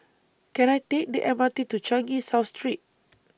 Can I Take The M R T to Changi South Street